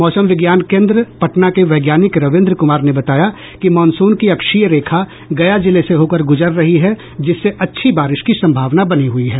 मौसम विज्ञान केन्द्र पटना के वैज्ञानिक रविन्द्र कुमार ने बताया कि मॉनसून की अक्षीय रेखा गया जिले से होकर गुजर रही है जिससे अच्छी बारिश की संभावना बनी हुई है